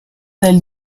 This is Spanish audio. del